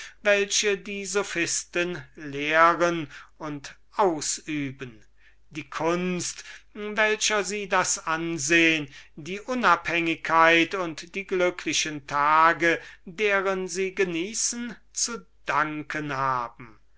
welche die sophisten lehren und ausüben die kunst welcher sie das ansehen die unabhänglichkeit und die glücklichen tage deren sie genießen zu danken haben